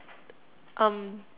um